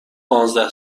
پانزده